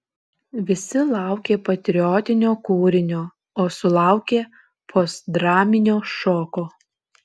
visi laukė patriotinio kūrinio o sulaukė postdraminio šoko